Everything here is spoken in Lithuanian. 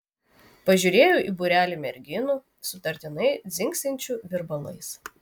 pažiūrėjau į būrelį merginų sutartinai dzingsinčių virbalais